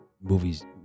movies